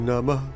Nama